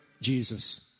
Jesus